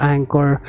Anchor